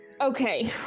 okay